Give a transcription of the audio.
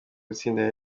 gutsinda